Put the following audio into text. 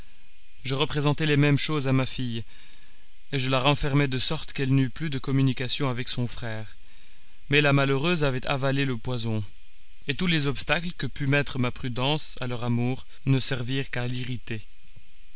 je représentai les mêmes choses à ma fille et je la renfermai de sorte qu'elle n'eût plus de communication avec son frère mais la malheureuse avait avalé le poison et tous les obstacles que put mettre ma prudence à leur amour ne servirent qu'à l'irriter